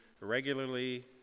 regularly